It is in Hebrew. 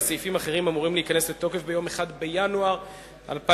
וסעיפים אחרים אמורים להיכנס לתוקף ב-1 בינואר 2010,